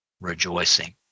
rejoicing